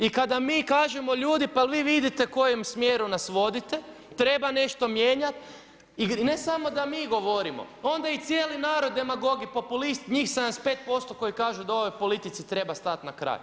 I kada mi kažemo ljudi pa jel' vi vidite kojim smjerom nas vodite, treba nešto mijenjati, i ne samo da mi govorimo, onda je i cijeli narod demagog i populist, njih 75% koji kažu da ovoj politici treba stati na kraj.